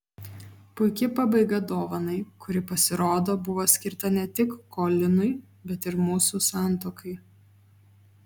puiki pabaiga dovanai kuri pasirodo buvo skirta ne tik kolinui bet ir mūsų santuokai